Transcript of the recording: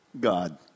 God